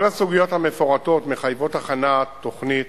כל הסוגיות המפורטות מחייבות הכנת תוכנית